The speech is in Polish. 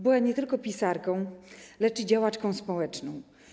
Była nie tylko pisarką, lecz i działaczką społeczną.